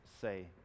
say